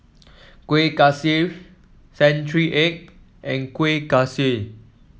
Kuih Kaswi Century Egg and Kuih Kaswi